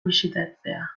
bisitatzea